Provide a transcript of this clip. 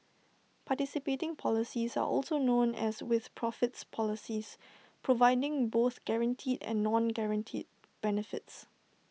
participating policies are also known as 'with profits' policies providing both guaranteed and non guaranteed benefits